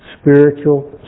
spiritual